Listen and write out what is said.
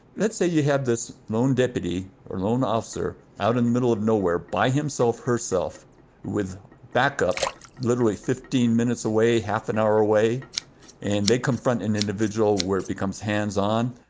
let's say you have this lone deputy or lone officer out in the middle of nowhere by himself, herself with backup literally fifteen minutes away, half an hour away and they confront an individual where it becomes hands on.